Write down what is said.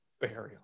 burial